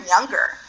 younger